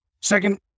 second